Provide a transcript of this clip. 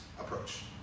approach